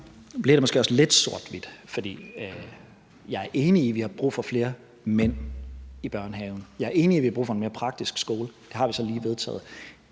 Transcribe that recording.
det måske også lidt sort-hvidt. For jeg er enig i, at vi har brug for flere mænd i børnehaven. Jeg er enig i, at vi har brug for en mere praktisk skole. Det har vi så lige vedtaget.